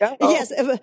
Yes